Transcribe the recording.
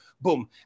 boom